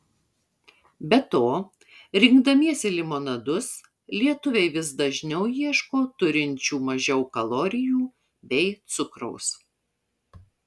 be to rinkdamiesi limonadus lietuviai vis dažniau ieško turinčių mažiau kalorijų bei cukraus